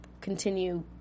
continue